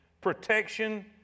protection